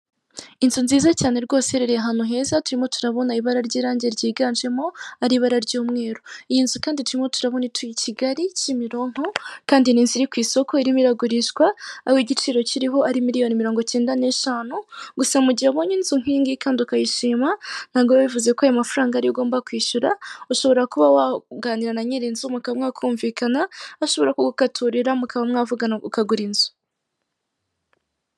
Inzu nziza cyane rwose iherereye ahantu heza, turimo turabona ibara ry'irange ryiganjemo, ari ibara ry'umweru. Iyi nzu kandi turimo turabona ituye i Kigali, Kimironko kandi ni inzu iri ku isoko irimo iragurishwa, aho igiciro kiriho ari miliyoni mirongo icyenda n'eshanu, gusa mu gihe wabonye inzu nk'iyi kandi ukayishima, ntibivuze ko ayo mafaranga ariyo ugomba kwishyura, ushobora kuba waganira na nyir'inzu mukaba mwakumvikana, ashobora kugukaturira mukaba mwavugana ukagura inzu.